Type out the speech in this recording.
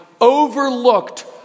overlooked